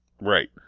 right